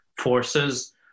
forces